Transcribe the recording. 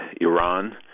Iran